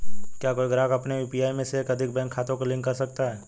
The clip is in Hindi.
क्या कोई ग्राहक अपने यू.पी.आई में एक से अधिक बैंक खातों को लिंक कर सकता है?